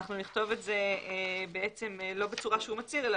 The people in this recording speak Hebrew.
אנחנו נכתוב את זה לא בצורה שהוא מצהיר אלא